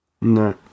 no